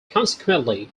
consequently